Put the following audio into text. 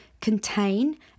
contain